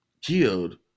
killed